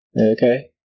Okay